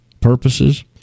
purposes